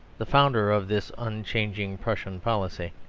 the founder of this unchanging prussian policy.